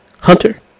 Hunter